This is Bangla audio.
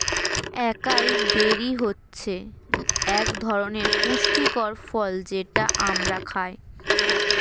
একাই বেরি হচ্ছে একধরনের পুষ্টিকর ফল যেটা আমরা খাই